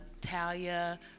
Talia